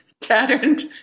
tattered